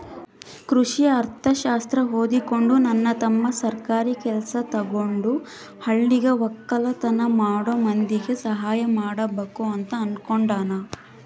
ಕೃಷಿ ಅರ್ಥಶಾಸ್ತ್ರ ಓದಿಕೊಂಡು ನನ್ನ ತಮ್ಮ ಸರ್ಕಾರಿ ಕೆಲ್ಸ ತಗಂಡು ಹಳ್ಳಿಗ ವಕ್ಕಲತನ ಮಾಡೋ ಮಂದಿಗೆ ಸಹಾಯ ಮಾಡಬಕು ಅಂತ ಅನ್ನುಕೊಂಡನ